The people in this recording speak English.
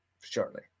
shortly